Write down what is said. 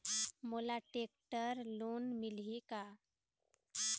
मोला tractor loan मिलही का?